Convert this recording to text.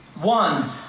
One